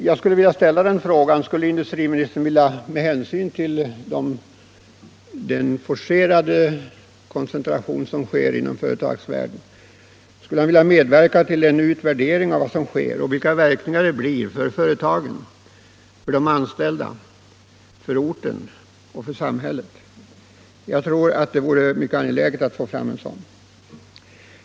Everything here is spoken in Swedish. Jag ställer frågan: Skulle industriministern, med hänsyn till den forcerade koncentration som sker inom företagsvärlden, vilja medverka till en utvärdering av vad som äger rum och vilka verkningarna blir för företagen, för de anställda, för orten och för samhället? Jag tror att det vore mycket angeläget att få fram en sådan.